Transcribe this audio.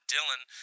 Dylan